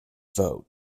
vote